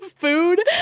food